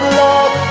love